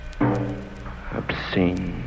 obscene